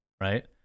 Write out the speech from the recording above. right